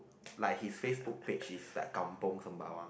like his FaceBook page is like Kampung Sembawang